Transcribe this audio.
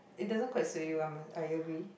it doesn't quite suit you I must I agree